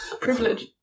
privilege